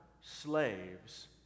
slaves